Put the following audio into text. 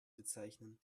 bezeichnen